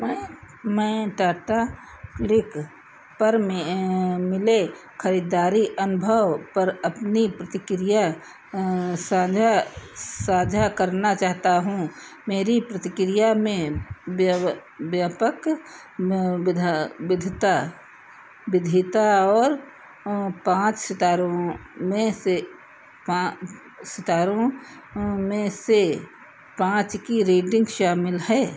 मैं मैं टाटा क्लिक पर मिले खरीदारी अनुभव पर अपनी प्रतिकिया साँझा साझा करना चाहता हूँ मेरी प्रतिक्रिया में व्यापक विधा विधता विविधता और पाँच सितारों में से सितारों में से पाँच की रेटिन्ग शामिल है